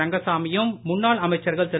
ரங்கசாமியும் முன்னாள் அமைச்சர்கள் திரு